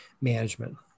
management